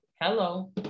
hello